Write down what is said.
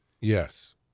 Yes